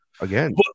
again